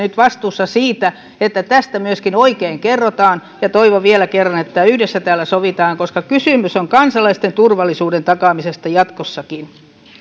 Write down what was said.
nyt vastuussa siitä että tästä myöskin oikein kerrotaan ja toivon vielä kerran että yhdessä täällä sovitaan koska kysymys on kansalaisten turvallisuuden takaamisesta jatkossakin